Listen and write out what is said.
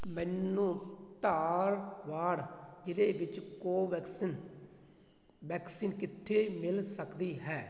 ਮੈਨੂੰ ਧਾਰਵਾੜ ਜ਼ਿਲ੍ਹੇ ਵਿੱਚ ਕੋਵੈਕਸਿਨ ਵੈਕਸੀਨ ਕਿੱਥੇ ਮਿਲ ਸਕਦੀ ਹੈ